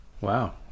Wow